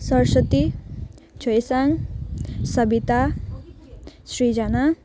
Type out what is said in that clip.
Saraswati Choyasang Sabita Srijana